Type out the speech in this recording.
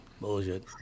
Bullshit